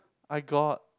I got